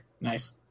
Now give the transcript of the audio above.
Nice